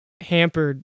hampered